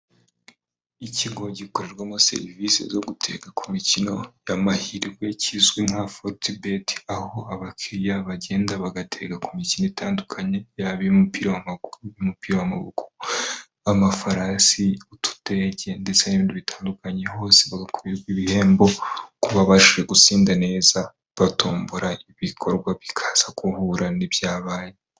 Ikigo gikorerwamo serivisi zo gutega ku mikino y'amahirwe kizwi nka fotebeti, aho abakiriya bagenda bagatega ku mikino itandukanye, yaba iy'umupira w'amaguru, umupira w'amaboko, amafarasi, utudege ndetse n'ibindi bitandukanye, hose hagakorerwa ibihembo ku babashije gutsinda neza, batombora, ibikorwa bikaza guhura n'ibyabaye.